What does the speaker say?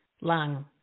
lung